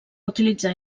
utilitzar